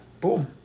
Boom